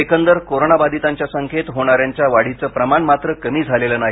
एकंदर कोरोना बाधितांच्या संख्येत होणाऱ्यांच्या वाढीचं प्रमाण मात्र कमी झालेलं नाही